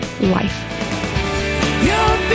life